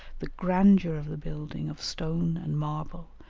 the grandeur of the building of stone and marble,